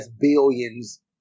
billions